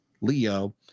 leo